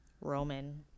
roman